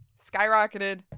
skyrocketed